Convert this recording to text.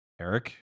Eric